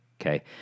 Okay